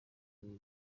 uru